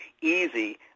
easy